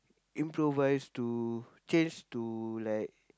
improvise to change to like